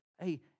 hey